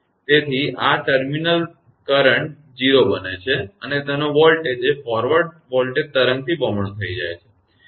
તેથી આ રીતે ટર્મિનલ પ્રવાહ 0 બને છે અને તેનો વોલ્ટેજ એ ફોરવર્ડ વોલ્ટેજ તરંગથી બમણો થઈ જાય છે